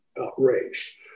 outraged